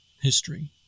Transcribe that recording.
history